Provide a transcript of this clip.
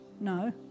No